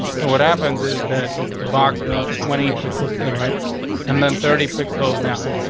so what happens is that the box moved twenty pixels to the right and then thirty pixels now,